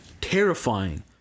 Terrifying